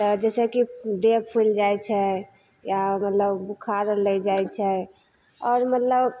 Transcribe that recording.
तऽ जइसेकि देह फुलि जाइ छै या मतलब बोखार आओर लागि जाइ छै आओर मतलब